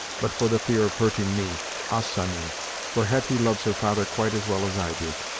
but for the fear of hurting me us, i mean for hetty loves her father quite as well as i do.